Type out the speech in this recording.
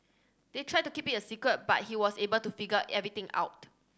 they tried to keep it a secret but he was able to figure everything out